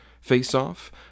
face-off